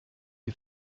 you